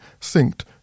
synced